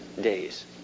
days